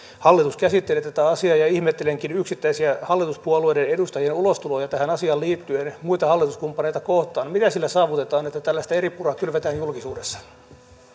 hallitus käsittelee tätä asiaa ja ihmettelenkin yksittäisiä hallituspuolueiden edustajien ulostuloja tähän asiaan liittyen muita hallituskumppaneita kohtaan mitä sillä saavutetaan että tällaista eripuraa kylvetään julkisuudessa